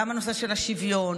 גם הנושא של השוויון,